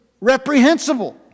reprehensible